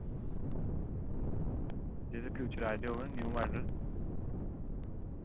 जेह्ड़े बी फीचर्स आये दे होन न्यू मॉडल